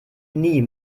nie